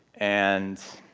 and